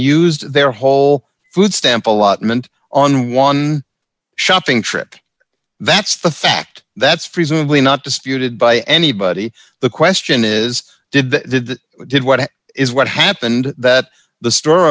used their whole food stamp allotment on one shopping trip that's the fact that's presumably not disputed by anybody the question is did the did what is what happened that the store